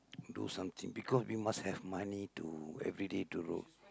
do something because we must have money to everyday to role